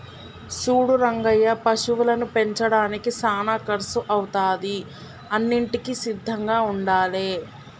సూడు రంగయ్య పశువులను పెంచడానికి సానా కర్సు అవుతాది అన్నింటికీ సిద్ధంగా ఉండాలే